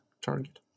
target